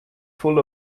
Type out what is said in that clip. full